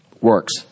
works